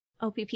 OPP